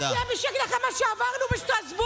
אתה, שב בשקט אחרי מה שעברנו בשטרסבורג,